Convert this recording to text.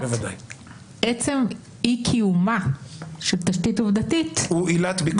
עצם אי קיומה של תשתית עובדתית --- היא עילת ביקורת עצמית.